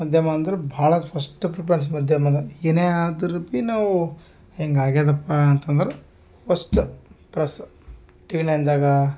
ಮಾಧ್ಯಮ ಅಂದ್ರೆ ಭಾಳ ಫಸ್ಟ್ ಪ್ರಿಫೆರೆನ್ಸ್ ಮಾಧ್ಯಮದ ಏನೇ ಆದರು ಬಿ ನಾವೂ ಹಿಂಗೆ ಆಗ್ಯದಪ್ಪ ಅಂತಂದ್ರೆ ಫಸ್ಟ್ ಪ್ರಸ್ ಟಿವಿ ನೈನ್ದಾಗ